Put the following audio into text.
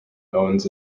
owns